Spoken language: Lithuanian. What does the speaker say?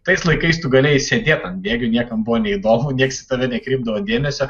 tais laikais tu galėjai sėdėt ant bėgių niekam neįdomu nieks į tave nekreipdavo dėmesio